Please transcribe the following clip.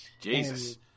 Jesus